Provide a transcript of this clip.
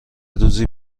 روزی